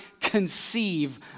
conceive